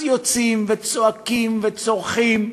אז יוצאים וצועקים וצורחים,